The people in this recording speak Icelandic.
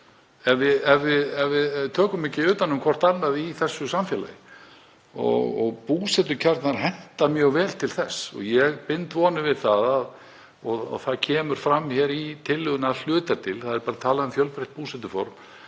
ef við tökum ekki utan um hvert annað í þessu samfélagi. Búsetukjarnar henta mjög vel til þess. Ég bind vonir við, og það kemur fram í tillögunni að hluta til, þar er talað um fjölbreytt búsetuform,